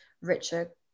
richer